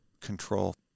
control